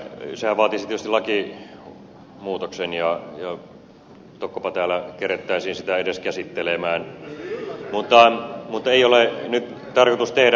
sehän vaatisi tietysti lakimuutoksen ja tokkopa täällä kerittäisiin sitä edes käsittelemään eikä ole nyt tarkoitus tehdä